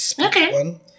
Okay